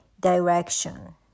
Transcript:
direction